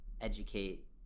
educate